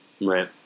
Right